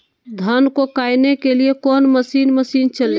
धन को कायने के लिए कौन मसीन मशीन चले?